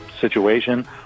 situation